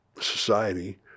society